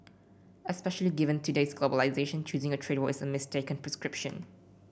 especially given today's globalisation choosing a trade war is a mistaken prescription